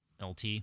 LT